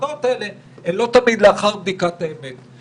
לא תמיד לאחר בדיקת האמת.